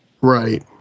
right